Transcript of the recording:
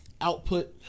output